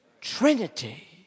Trinity